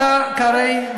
אתה הרי,